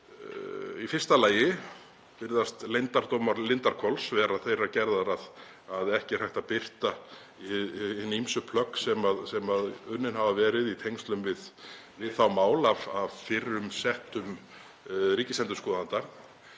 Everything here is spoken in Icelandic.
í fyrsta lagi virðast leyndardómar Lindarhvols vera þeirrar gerðar að ekki er hægt að birta hin ýmsu plögg sem unnin hafa verið í tengslum við það mál af fyrrum settum ríkisendurskoðanda.